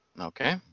okay